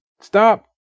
stop